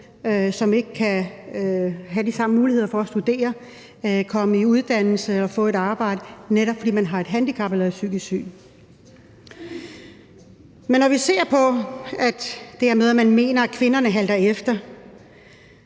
ikke har de samme muligheder for at studere, komme i uddannelse og få et arbejde, netop fordi man har et handicap eller er psykisk syg. Men når vi ser på det her med, at man mener, at kvinderne halter efter,